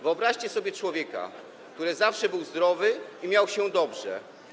Wyobraźcie sobie człowieka, który zawsze był zdrowy i miał się dobrze.